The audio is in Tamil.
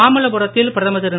மாமல்லபுரத்தில் பிரதமர் திரு